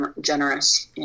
generous